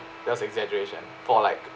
that's exaggeration for like